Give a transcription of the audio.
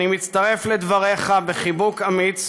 אני מצטרף לדבריך בחיבוק האמיץ